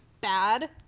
bad